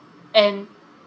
and